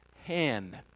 hand